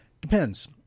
Depends